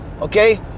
Okay